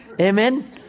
Amen